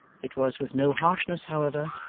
it was with no harshness, however,